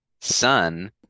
son